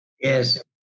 Yes